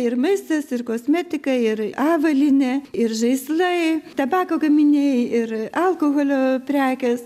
ir maistas ir kosmetika ir avalynė ir žaislai tabako gaminiai ir alkoholio prekės